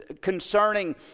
concerning